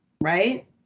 right